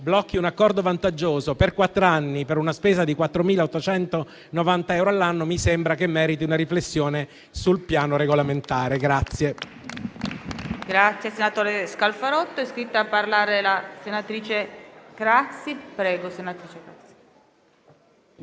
blocchi un Accordo vantaggioso per quattro anni, per una spesa di 4.890 all'anno, mi sembra che meriti una riflessione sul piano regolamentare.